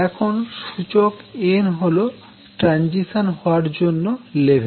এখন সূচক n হল ট্রানজিশান হওয়ার জন্য লেভেল